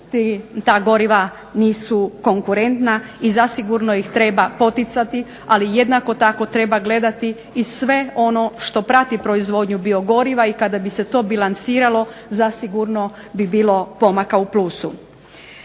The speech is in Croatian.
u svijetu nisu konkurentna i zasigurno ih treba poticati ali jednako tako treba gledati i sve ono što prati proizvodnju biogoriva i kada bi se to bilanciralo zasigurno bi bilo pomaka u plusu.